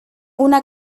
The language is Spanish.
una